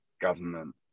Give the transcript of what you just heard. government